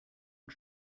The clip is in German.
und